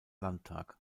landtag